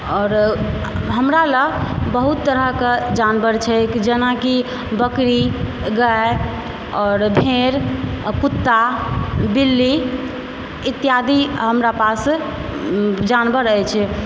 और हमरा लए बहुत तरहके जानवर छै जेनाकि बकरी गाय और भेड़ आ कुत्ता बिल्ली इत्यादि हमरा पास जानवर अछि